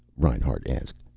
reinhart asked.